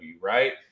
right